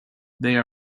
they